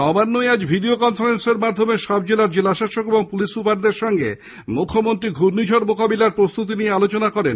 নবান্নে আজ ভিডিও কনফারেন্সের মাধ্যমে সব জেলার জেলাশাসক ও পুলিশ সুপারের সঙ্গে মুখ্যমন্ত্রী ঘূর্ণিঝড় মোকাবেলার প্রস্তুতি নিয়ে আলোচনা করেন